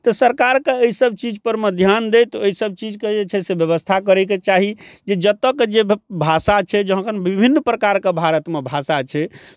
तऽ सरकारके एहि सभ चीजपर मे ध्यान दैत ओइसभ चीजके जे छै से व्यवस्था करयके चाही जे जतयके जे भाषा छै जँ अगर विभिन्न प्रकारके भारतमे भाषा छै